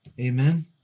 Amen